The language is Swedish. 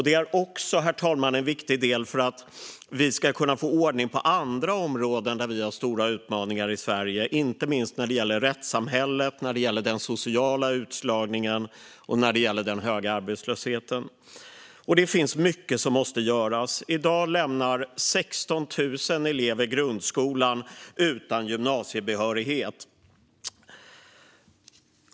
Det är också, herr talman, en viktig del för att vi ska kunna få ordning på andra områden där vi har stora utmaningar i Sverige. Det gäller inte minst rättssamhället, den sociala utslagningen och den höga arbetslösheten. Det finns mycket som måste göras. I dag lämnar 16 000 elever grundskolan utan gymnasiebehörighet.